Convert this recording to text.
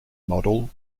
model